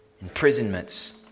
imprisonments